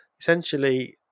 essentially